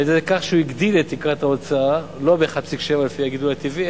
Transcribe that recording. על-ידי כך שהוא הגדיל את תקרת ההוצאה לא ב-1.7 לפי הגידול הטבעי,